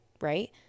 right